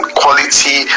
quality